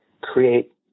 create